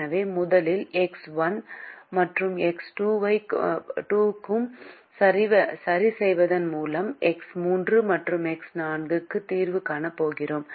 எனவே முதலில் எக்ஸ் 1 மற்றும் எக்ஸ் 2 ஐ 0 க்கு சரிசெய்வதன் மூலம் எக்ஸ் 3 மற்றும் எக்ஸ் 4 க்கு தீர்வு காணப் போகிறோம்